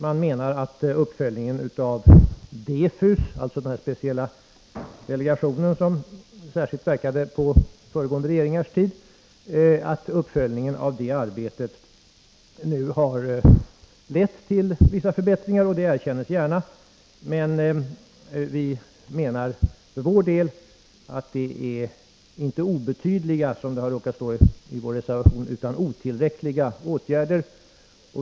Man menar att uppföljningen av DEFU:s — den delegation som verkade under några föregående regeringars tid — arbete nu har lett till vissa förbättringar. Det erkänns gärna. Vi menar emellertid inte att det är fråga om obetydliga, som det har råkat stå i vår reservation, utan om otillräckliga åtgärder.